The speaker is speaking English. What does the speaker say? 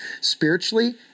Spiritually